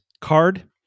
card